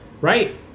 Right